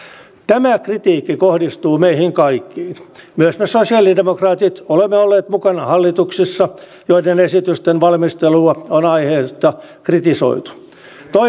jos tämä verkkotiedustelu ei toimi niin sitten muukin tiedustelu rajojen turvaaminen ja yleensä järjestyksenpito maassa on vähän heikommalla tasolla